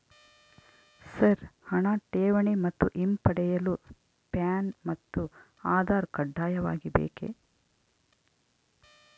Sir ಹಣ ಠೇವಣಿ ಮತ್ತು ಹಿಂಪಡೆಯಲು ಪ್ಯಾನ್ ಮತ್ತು ಆಧಾರ್ ಕಡ್ಡಾಯವಾಗಿ ಬೇಕೆ?